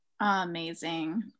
Amazing